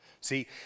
see